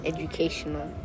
Educational